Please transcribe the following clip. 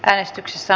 äänestyksessä